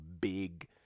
big